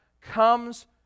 comes